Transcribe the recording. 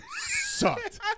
Sucked